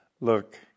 look